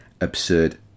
absurd